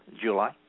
July